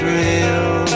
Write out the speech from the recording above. real